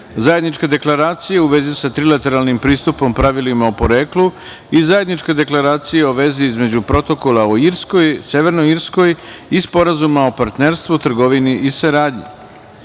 Zajedničke deklaracije u vezi sa trilateralnim pristupom pravilima o poreklu i Zajedničke deklaracije o vezi između Protokola o Irskoj/Severnoj Irskoj i Sporazuma o partnerstvu, trgovini i saradnji, Predlog